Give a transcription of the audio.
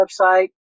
website